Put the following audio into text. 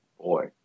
Boy